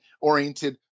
oriented